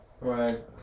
Right